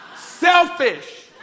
Selfish